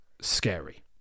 scary